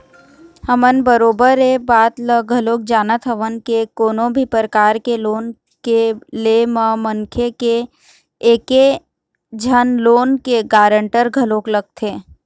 हमन बरोबर ऐ बात ल घलोक जानत हवन के कोनो भी परकार के लोन के ले म मनखे के एक झन लोन के गारंटर घलोक लगथे